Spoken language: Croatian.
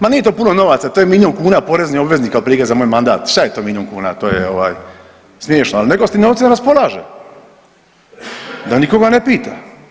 Ma nije to puno novaca to je milijun kuna poreznih obveznika otprilike za moj mandat, šta je to milijun kuna to je ovaj smiješno, ali netko s tim novcima raspolaže da nikoga ne pita.